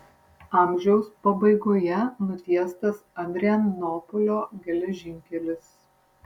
amžiaus pabaigoje nutiestas adrianopolio geležinkelis